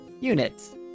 units